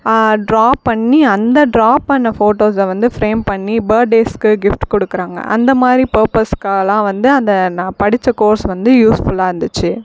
draw பண்ணி அந்த draw பண்ண ஃபோட்டோஸை வந்து ஃப்ரேம் பண்ணி பர்த்டேஸ்க்கு கிஃப்ட் கொடுக்கறாங்க அந்த மாதிரி பர்பஸ்க்காயெலாம் வந்து அந்த நான் படித்த கோர்ஸ் வந்து யூஸ்ஃபுல்லாக இருந்துச்சு